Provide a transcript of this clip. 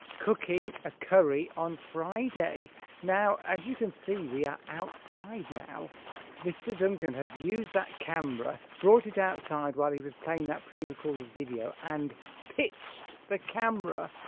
cooking a curry on friday now as you can see we are outside now mr. duncan has used that camera brought it outside while he was playing that pre-recorded video and pitched the camera